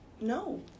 No